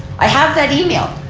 i have that e-mail.